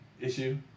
issue